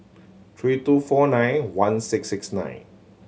three two four nine one six six nine